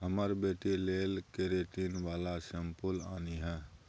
हमर बेटी लेल केरेटिन बला शैंम्पुल आनिहे